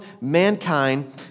mankind